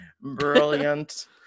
brilliant